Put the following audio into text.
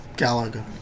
Gallagher